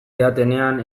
didatenean